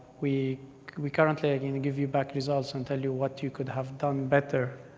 we we currently are going to give you back results and tell you what you could have done better.